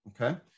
Okay